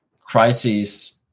crises